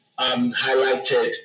highlighted